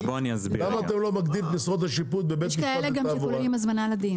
--- למה אתם לא מגדילים את משרות השיפוט בבית משפט לתעבורה?